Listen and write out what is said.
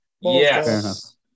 Yes